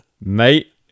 mate